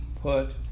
put